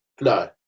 no